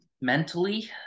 mentally